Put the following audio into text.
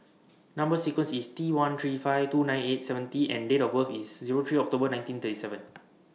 Number sequence IS T one three five two nine eight seven T and Date of birth IS Zero three October nineteen thirty seven